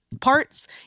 parts